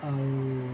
ଆଉ